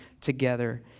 together